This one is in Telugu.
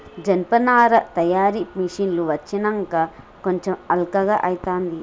జనపనార తయారీ మిషిన్లు వచ్చినంక కొంచెం అల్కగా అయితాంది